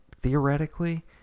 theoretically